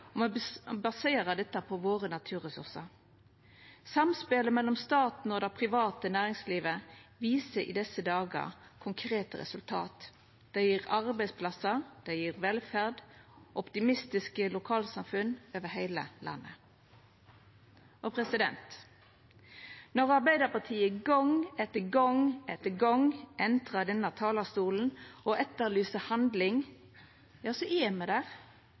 og me baserer dette på våre naturressursar. Samspelet mellom staten og det private næringslivet viser i desse dagar konkrete resultat. Det gjev arbeidsplasser, velferd og optimistiske lokalsamfunn over heile landet. Når Arbeidarpartiet gong etter gong etter gong entrar denne talarstolen og etterlyser handling, så er me